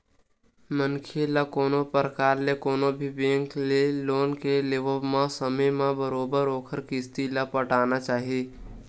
मनखे ल कोनो परकार के कोनो भी बेंक ले लोन के लेवब म समे म बरोबर ओखर किस्ती ल पटाना चाही